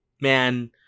Man